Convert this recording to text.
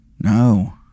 No